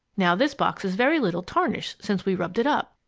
now this box is very little tarnished since we rubbed it up.